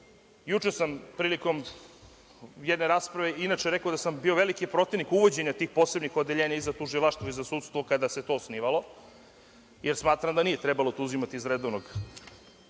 Juče sam prilikom jedne rasprave inače rekao da sam bio veliki protivnik uvođenja tih posebnih odeljenja i za tužilaštvo i za sudstvo kada se to osnivalo, jer smatram da nije trebalo to uzimati iz redovnog